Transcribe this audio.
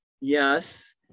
Yes